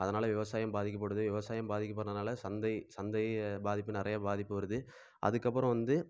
அதனால் விவசாயம் பாதிக்கப்படுது விவசாயம் பாதிக்கப்படுறதுனால சந்தை சந்தை பாதிப்பு நிறையா பாதிப்பு வருது அதற்கப்பறம் வந்து